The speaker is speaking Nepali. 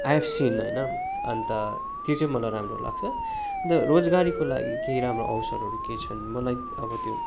आई ह्याभ सिन होइन अन्त त्यो चाहिँ मलाई राम्रो लाग्छ अन्त रोजगारीको लागि केही राम्रो अवसरहरू केही छन् मलाई अब त्यो